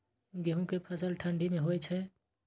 गेहूं के फसल ठंडी मे होय छै?